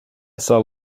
saw